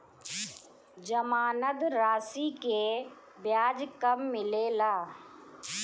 जमानद राशी के ब्याज कब मिले ला?